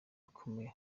akomeye